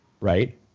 Right